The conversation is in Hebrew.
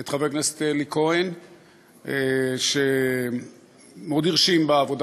את חבר הכנסת אלי כהן שמאוד הרשים בעבודה